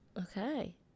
Okay